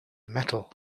metal